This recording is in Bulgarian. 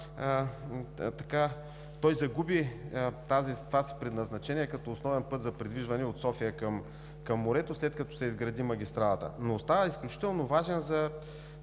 Той загуби това си предназначение като основен път за придвижване от София към морето, след като се изгради магистралата. Но остава изключително важен за